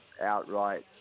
outright